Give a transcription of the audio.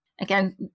again